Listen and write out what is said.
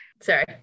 sorry